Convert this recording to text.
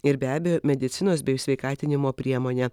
ir be abejo medicinos bei sveikatinimo priemonė